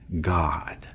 God